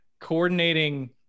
coordinating